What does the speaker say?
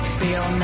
feel